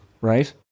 right